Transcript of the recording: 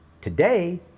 Today